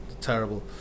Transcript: terrible